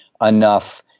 enough